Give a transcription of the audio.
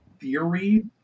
theory